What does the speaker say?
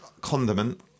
condiment